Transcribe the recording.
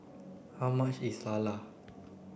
how much is Lala